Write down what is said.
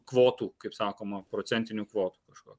kvotų kaip sakoma procentinių kvotų kažko